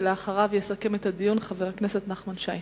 ואחריו יסכם את הדיון חבר הכנסת נחמן שי.